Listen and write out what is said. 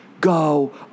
go